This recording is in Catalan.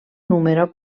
número